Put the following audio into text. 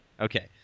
Okay